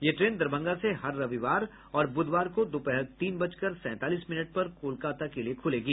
यह ट्रेन दरभंगा से हर रविवार और बुधवार को दोपहर तीन बजकर सैंतालीस मिनट पर कोलकाता के लिये खुलेगी